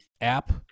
app